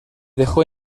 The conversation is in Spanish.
dejó